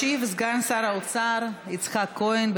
ישיב סגן שר האוצר יצחק כהן.